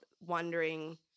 wondering